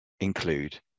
include